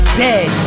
dead